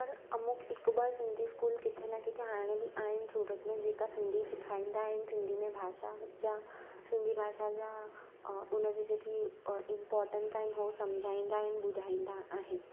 पर अमुख हिकु ॿ सिंधी स्कूल किथे न किथे हाणे बि आहिनि सूरत में जेका सिंधी सेखारींदा आहिनि सिंधी में भाषा जा सिंधी भाषा जा उन जी जेकी इंपॉर्टेंस आहिनि वो सम्झाईंदा आहिनि ॿुधाईंदा आहिनि